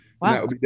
Wow